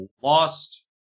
lost